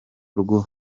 rwo